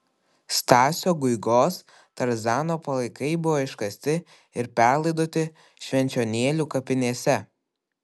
stasio guigos tarzano palaikai buvo iškasti ir perlaidoti švenčionėlių kapinėse